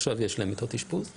ועכשיו יש להם מיטות אשפוז.